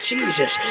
Jesus